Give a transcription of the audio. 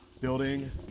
building